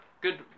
Good